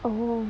mmhmm